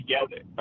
together